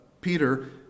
Peter